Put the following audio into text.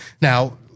now